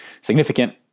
significant